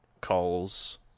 calls